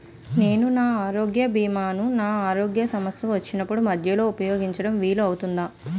నేను నా ఆరోగ్య భీమా ను నాకు ఆరోగ్య సమస్య వచ్చినప్పుడు మధ్యలో ఉపయోగించడం వీలు అవుతుందా?